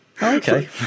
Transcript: okay